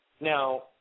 Now